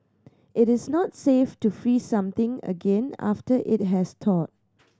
it is not safe to freeze something again after it has thawed